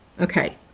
Okay